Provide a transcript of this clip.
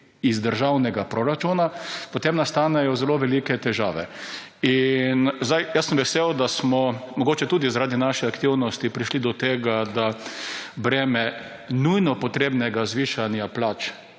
iz državnega proračuna, potem nastanejo zelo velike težave. Jaz sem vesel, da smo mogoče tudi zaradi naše aktivnosti prišli do tega, da breme nujno potrebnega zvišanja plač,